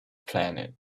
planet